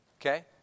Okay